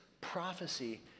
prophecy